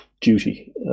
duty